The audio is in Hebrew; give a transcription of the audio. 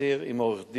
אסיר עם עורך-דין),